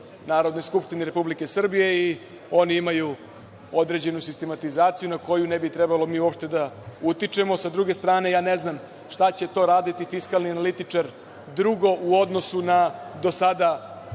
Narodnoj skupštini Republike Srbije i oni imaju određenu sistematizaciju na koju ne bi trebalo mi da utičemo.S druge strane, ja ne znam šta će to raditi fiskalni analitičar drugo u odnosu na do sada zaposlene